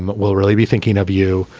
but we'll really be thinking of you.